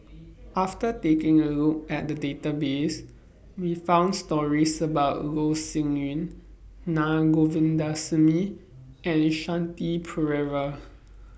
after taking A Look At The Database We found stories about Loh Sin Yun Na Govindasamy and Shanti Pereira